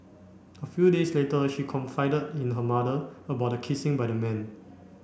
a few days later she confided in her mother about the kissing by the man